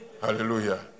Hallelujah